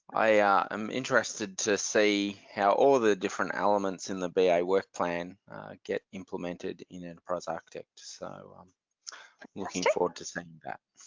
i am interested to see how all the different elements in the ba work plan get implemented in enterprise architect so i'm looking forward to seeing that.